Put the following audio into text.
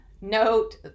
note